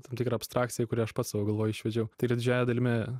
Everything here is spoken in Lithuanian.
tam tikra abstrakcija kuria aš pats sau galvoj išvedžiau tai yra didžiąja dalimi